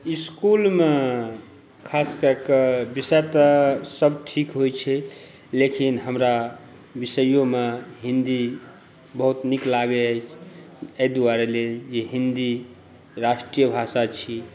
इसकुलमे ख़ास कए कऽ विषय तऽ सभ ठीक होइ छै लेकिन हमरा विषयोमे हिंदी बहुत नीक लागे एहि दुआरे लेल जे हिंदी राष्ट्रीय भाषा छी